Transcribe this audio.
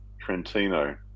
Trentino